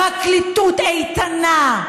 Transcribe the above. פרקליטות איתנה,